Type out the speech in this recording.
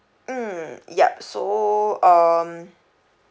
mm yup so um